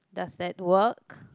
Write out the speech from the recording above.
does that work